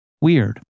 weird